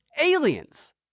aliens